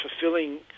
fulfilling